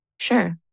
Sure